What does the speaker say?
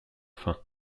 faim